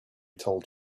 told